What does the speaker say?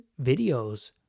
videos